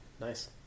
nice